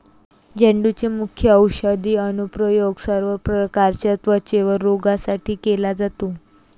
झेंडूचे मुख्य औषधी अनुप्रयोग सर्व प्रकारच्या त्वचेच्या रोगांसाठी केला जातो